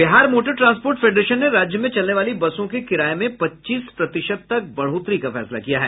Bihar motor transport federation ने राज्य में चलने वाली बसों के किराये में पच्चीस प्रतिशत तक बढ़ोतरी का फैसला किया है